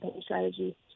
strategy